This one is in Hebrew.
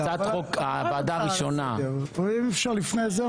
הוועדה הראשונה --- אם אפשר לפני זה?